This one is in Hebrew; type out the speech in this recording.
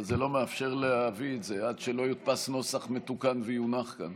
אבל זה לא מאפשר להביא את זה עד שלא יודפס נוסח מתוקן ויונח כאן.